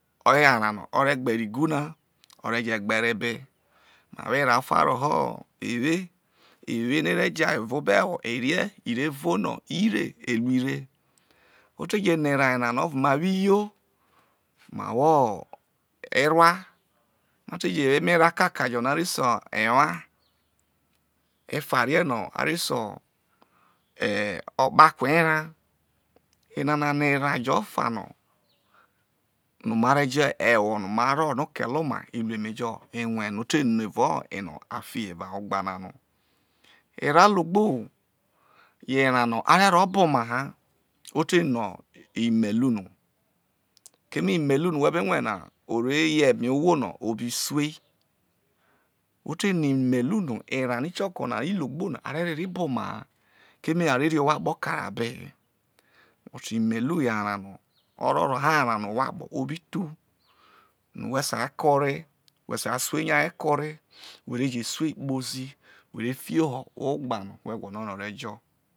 Oye ho arao no o re gbere igu na oreje gbere ebe ma wo erao ofa woho ewe eweno e re ja evao ob o ewo erie i re vo ire ruō ire o teje no erao yena no ovo ma wo iyo, ma wo erua, ma te je wo emerao kakao erao erao nana yo erao yo ofa no no ma re je ewo no marro no o kele oma e ru emejo e rue no ute no evao eno a fiho evao ogba na no erao logbo erao no are ro bo oma ha, o teno imelu no keme imelu no whe be be rue na ore yo eme ohwo no o bi suei o te no imelu no erao no ikioko llogbo na a re rehoai bo oma na keme a re rrr ohwo akpo kare abehe but imelu yo arao no o roho arao no ohwo akpo o bi su no whe sai ke ore whe sai sue nya ee ke ore whe re je sue kpozi whe re fi ee no ogba no who gwolo no o re jo.